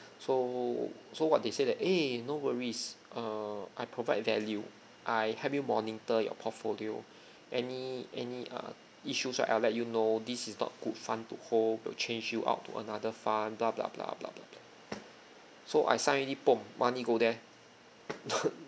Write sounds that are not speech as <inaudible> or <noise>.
so so what they said that eh no worries err I provide value I help you monitor your portfolio any any uh issues right I'll let you know this is not good fund to hold will change you out to another fund blah blah blah blah blah blah so I sign already <noise> money go there <laughs>